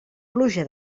pluja